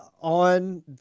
on